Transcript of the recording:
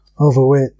overweight